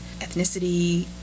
ethnicity